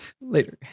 Later